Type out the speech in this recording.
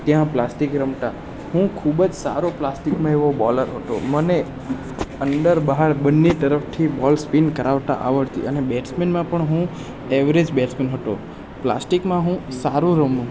ત્યાં પ્લાસ્ટિક રમતા હું ખૂબ જ સારો પ્લાસ્ટિકમાં એવો બોલર હતો મને અંદર બહાર બંને તરફથી બોલ સ્પિન કરાવતા આવડતી અને બેટ્સમેનમાં પણ હું એવરેજ બેટ્સમેન હતો પ્લાસ્ટિકમાં હું સારું રમું